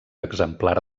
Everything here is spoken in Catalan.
exemplar